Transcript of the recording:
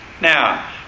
Now